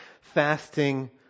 fasting